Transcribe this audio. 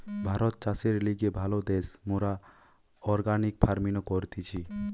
ভারত চাষের লিগে ভালো দ্যাশ, মোরা অর্গানিক ফার্মিনো করতেছি